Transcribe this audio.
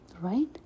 right